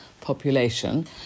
population